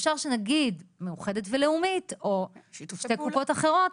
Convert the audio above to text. אפשר שנגיד מאוחדת ולאומית או שתי קופות החולים האחרות,